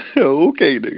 Okay